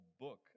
book